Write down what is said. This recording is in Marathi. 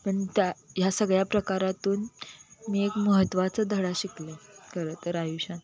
पण त्या ह्या सगळ्या प्रकारातून मी एक महत्त्वाचा धडा शिकले खर तर आयुष्यात